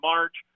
March